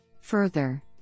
Further